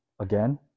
again